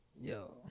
yo